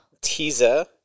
teaser